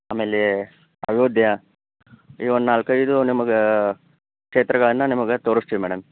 ಆಮೇಲೆ ಅಯೋಧ್ಯ ಈ ಒಂದು ನಾಲ್ಕೈದು ನಿಮಗೆ ಕ್ಷೇತ್ರಗಳನ್ನು ನಿಮಗೆ ತೋರಿಸ್ತೀವಿ ಮೇಡಮ್